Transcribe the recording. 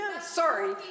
Sorry